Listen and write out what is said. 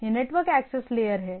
यह network access layer है